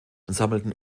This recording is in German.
sammelten